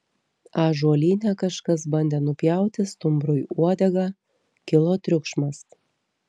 ąžuolyne kažkas bandė nupjauti stumbrui uodegą kilo triukšmas